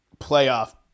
playoff